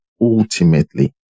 ultimately